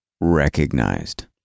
recognized